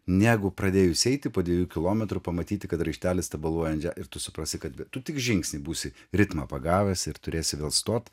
negu pradėjus eiti po dviejų kilometrų pamatyti kad raištelis tabaluoja ant že ir tu suprasi kad tu tik žingsnį būsi ritmą pagavęs ir turės vėl stot